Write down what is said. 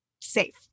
safe